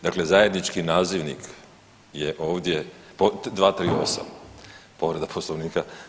Dakle, zajednički nazivnik je ovdje 238. povreda Poslovnika.